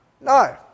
No